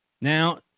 Now